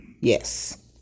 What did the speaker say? Yes